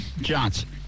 Johnson